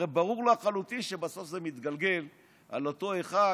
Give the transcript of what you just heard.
הרי ברור לחלוטין שבסוף זה מתגלגל על אותו אחד